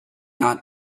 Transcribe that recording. not